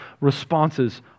responses